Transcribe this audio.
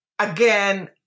Again